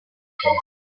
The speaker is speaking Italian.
sito